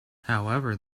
however